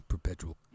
Perpetual